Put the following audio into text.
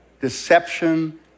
Deception